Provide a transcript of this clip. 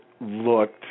looked